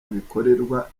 bikorerwa